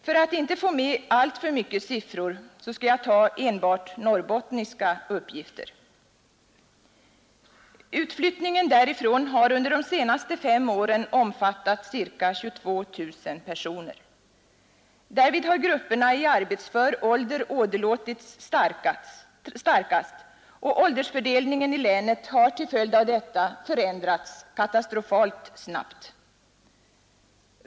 För att inte få med alltför mycket siffror skall jag ta enbart norrbottniska uppgifter. Utflyttningen därifrån har under de senaste fem åren omfattat ca 22 000 personer. Därvid har grupperna i arbetsför ålder åderlåtits starkast, och åldersfördelningen i länet har till följd av detta förändrats katastrofalt snabbt.